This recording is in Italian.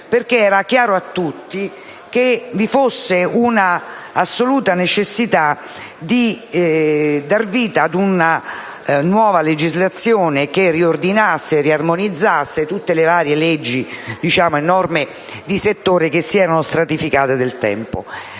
infatti, chiaro a tutti come vi fosse un'assoluta necessità di dar vita a una nuova legislazione che riordinasse e armonizzasse le varie leggi e norme di settore che si erano stratificate nel tempo,